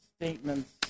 statements